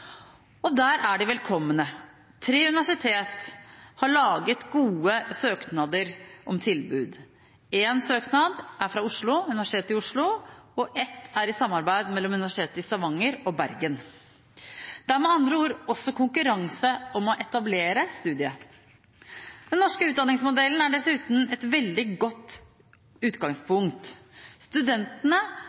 Og der er de velkomne. Tre universiteter har laget gode søknader om tilbud. En søknad er fra Universitetet i Oslo og en er i samarbeid mellom universitetene i Stavanger og Bergen. Det er med andre ord også konkurranse om å etablere studiet. Den norske utdanningsmodellen er dessuten et veldig godt utgangspunkt: Studentene